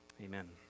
Amen